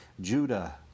Judah